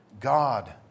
God